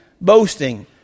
boasting